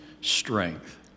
strength